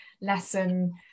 lesson